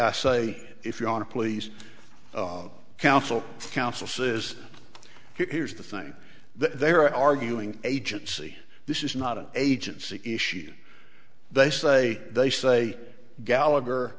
i say if you want to please counsel counsel says here's the thing that they are arguing agency this is not an agency issue they say they say gallagher